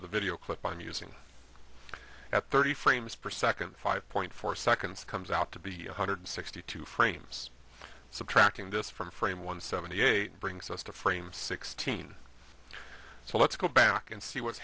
of the video clip i'm using at thirty frames per second five point four seconds comes out to be one hundred sixty two frames subtracting this from frame one seventy eight brings us to frame sixteen so let's go back and see what's